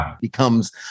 becomes